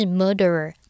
murderer